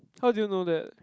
how did you know that